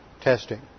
testing